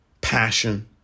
passion